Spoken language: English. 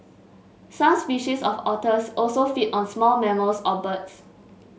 some species of otters also feed on small mammals or birds